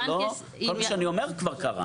כל מה שאני אומר כבר קרה.